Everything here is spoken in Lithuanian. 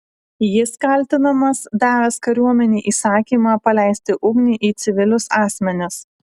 jis kaltinamas davęs kariuomenei įsakymą paleisti ugnį į civilius asmenis